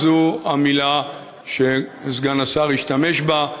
זו המילה שסגן השר השתמש בה.